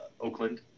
Oakland